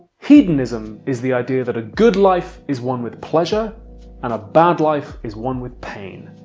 hedonism is the idea that a good life is one with pleasure and a bad life is one with pain.